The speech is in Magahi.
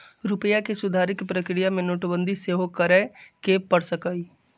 रूपइया के सुधारे कें प्रक्रिया में नोटबंदी सेहो करए के पर सकइय